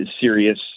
serious